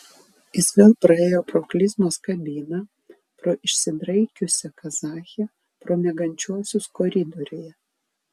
jis vėl praėjo pro klizmos kabiną pro išsidraikiusią kazachę pro miegančiuosius koridoriuje